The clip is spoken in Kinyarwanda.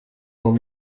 uwo